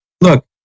Look